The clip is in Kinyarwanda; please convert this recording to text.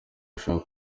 ushaka